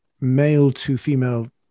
male-to-female